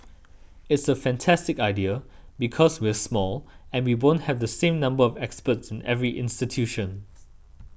it's a fantastic idea because we're small and we won't have the same number of experts in every institution